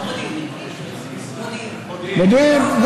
מודיעין.